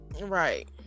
right